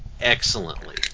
excellently